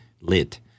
lit